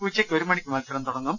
ഉച്ചയ്ക്ക് ഒരു മണിക്ക് മത്സരം തുടങ്ങും